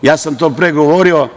Ja sam to pre govorio.